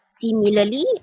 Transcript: Similarly